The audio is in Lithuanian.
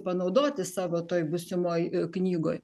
panaudoti savo toj būsimoj knygoj